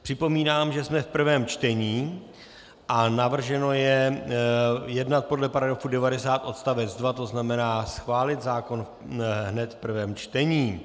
Připomínám, že jsme v prvém čtení a navrženo je jednat podle § 90 odst. 2, to znamená schválit zákon hned v prvém čtení.